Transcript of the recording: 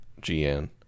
g-n